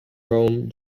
home